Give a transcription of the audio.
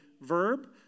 verb